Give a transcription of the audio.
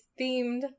themed